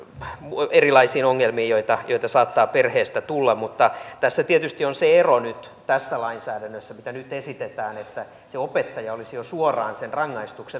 mä muut erilaisiin ongelmiin joita saattaa perheestä tulla mutta tietysti tässä lainsäädännössä mitä nyt esitetään on se ero että se opettaja olisi jo suoraan sen rangaistuksen antaja